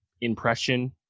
impression